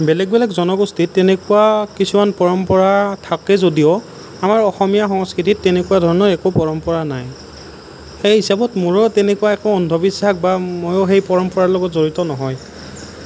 বেলেগ বেলেগ জনগোষ্ঠীত তেনেকুৱা কিছুমান পৰম্পৰা থাকে যদিও আমাৰ অসমীয়া সংস্কৃতিত তেনেকুৱা ধৰণৰ একো পৰম্পৰা নাই সেই হিচাপত মোৰো তেনেকুৱা একো অন্ধবিশ্বাস বা ময়ো সেই পৰম্পৰাৰ লগত জড়িত নহয়